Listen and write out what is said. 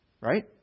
Right